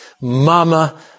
Mama